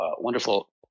wonderful